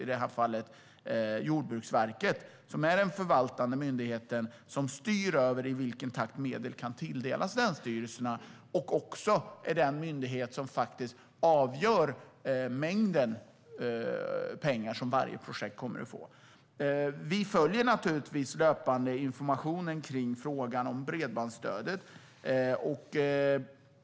I det här fallet är det Jordbruksverket som är den förvaltande myndighet som styr över i vilken takt medel kan tilldelas länsstyrelserna och också avgör den mängd pengar som varje projekt kommer att få. Vi följer naturligtvis löpande informationen kring frågan om bredbandsstöd.